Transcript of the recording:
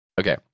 Okay